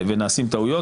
ונעשות טעויות,